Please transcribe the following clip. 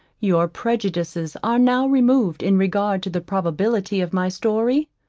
your prejudices are now removed in regard to the probability of my story?